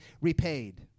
repaid